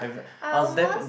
I almost